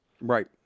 Right